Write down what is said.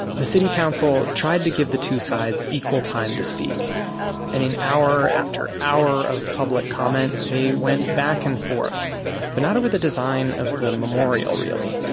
the city council tried to give the two sides equal time to speak and in hour after hour of public comment they went back and forth but not over the design of the memorial, really.